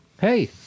Hey